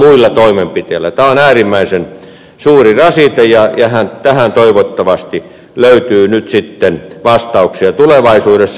tämä on äärimmäisen suuri rasite ja tähän toivottavasti löytyy nyt sitten vastauksia tulevaisuudessa